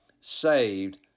saved